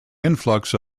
influx